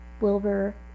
Wilbur